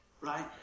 right